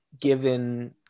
given